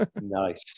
Nice